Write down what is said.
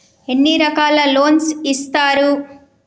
ఎన్ని రకాల లోన్స్ ఇస్తరు?